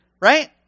right